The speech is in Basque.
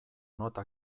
nota